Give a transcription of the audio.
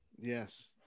Yes